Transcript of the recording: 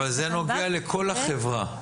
אבל זה נוגע לכל החברה.